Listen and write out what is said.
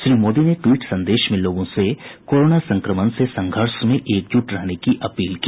श्री मोदी ने ट्वीट संदेश में लोगों से कोरोना संक्रमण से संघर्ष में एकजुट रहने की अपील की